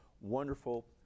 wonderful